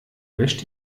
wäscht